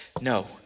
no